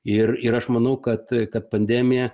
ir ir aš manau kad kad pandemija